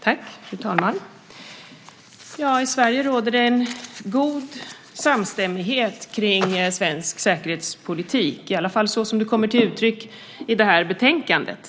Fru talman! I Sverige råder god samstämmighet kring svensk säkerhetspolitik, i alla fall så som det kommer till uttryck i det här betänkandet.